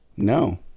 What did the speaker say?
No